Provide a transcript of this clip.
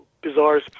bizarre